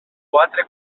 quatre